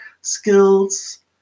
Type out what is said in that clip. skills